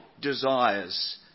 desires